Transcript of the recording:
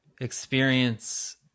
experience